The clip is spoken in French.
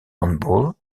handball